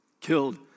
killed